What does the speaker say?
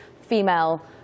female